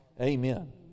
Amen